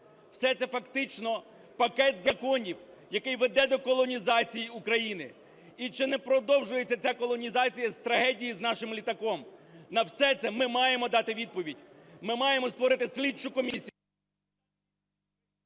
Все це фактично пакет законів, який веде до колонізації України. І чи не продовжується ця колонізація з трагедії з нашим літаком? На все це ми маємо дати відповідь. Ми маємо створити слідчу комісію...